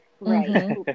Right